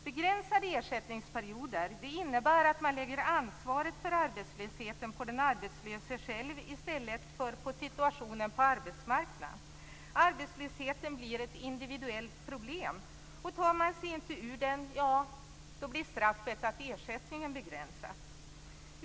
Begränsade ersättningsperioder innebär att man lägger ansvaret för arbetslösheten på den arbetslöse själv i stället för på situationen på arbetsmarknaden. Arbetslösheten blir ett individuellt problem. Tar man sig inte ur den blir straffet att ersättningen begränsas.